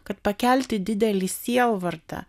kad pakelti didelį sielvartą